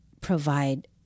provide